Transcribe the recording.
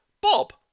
Bob